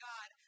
God